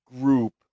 group